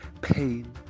pain